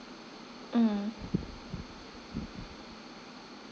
mm